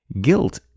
Guilt